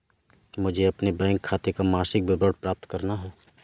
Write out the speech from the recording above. मुझे अपने बैंक खाते का मासिक विवरण प्राप्त करना है?